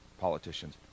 politicians